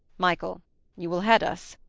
michael you will head us?